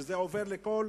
וזה עובר לכל